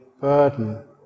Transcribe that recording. burden